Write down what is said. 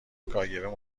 کاگب